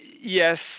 Yes